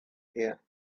here